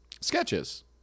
Sketches